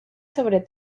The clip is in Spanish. sobre